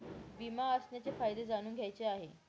विमा असण्याचे फायदे जाणून घ्यायचे आहे